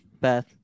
Beth